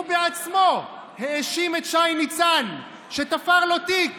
הוא בעצמו האשים את שי ניצן שתפר לו תיק